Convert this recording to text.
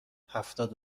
هفتاد